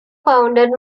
founded